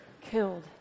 killed